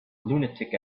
lunatic